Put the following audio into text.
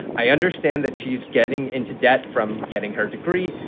i understand that she's getting into debt from getting her degree,